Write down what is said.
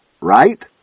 right